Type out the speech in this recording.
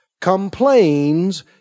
complains